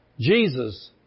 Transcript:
Jesus